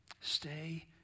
Stay